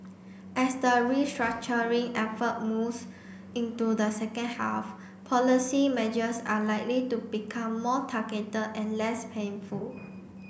as the restructuring effort moves into the second half policy measures are likely to become more targeted and less painful